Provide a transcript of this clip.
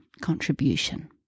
contribution